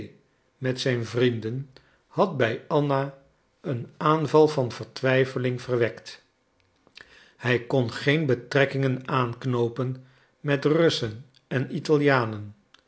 met zijn vrienden had bij anna een aanval van vertwijfeling verwekt hij kon geen betrekkingen aanknoopen met russen en italianen